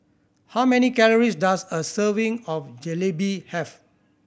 how many calories does a serving of Jalebi have